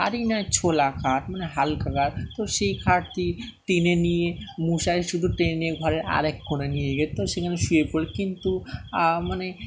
আরই নয় ছোলা খাট মানে হালকা খাট তো সেই খাটটি টেনে নিয়ে মশারি শুদ্ধ টেনে নিয়ে ঘরের আরেক করে নিয়ে গিয়ে তো সেখানে শুয়ে পড়ে কিন্তু মানে